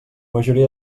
majoria